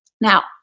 Now